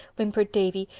whimpered davy.